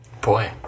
boy